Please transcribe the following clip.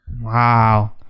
Wow